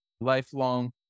lifelong